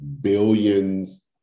billions